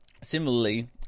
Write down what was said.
similarly